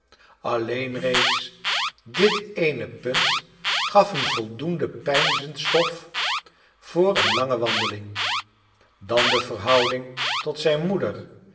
alleen reeds dit eene punt gaf hem voldoende peinzensstof voor een lange wandeiing dan de verhouding tot zijn moeder